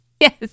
Yes